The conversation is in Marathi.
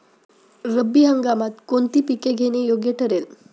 रब्बी हंगामात कोणती पिके घेणे योग्य ठरेल?